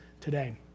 today